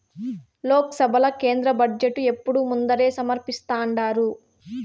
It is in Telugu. లోక్సభల కేంద్ర బడ్జెటు ఎప్పుడూ ముందరే సమర్పిస్థాండారు